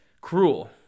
cruel